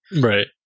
Right